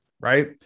right